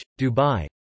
Dubai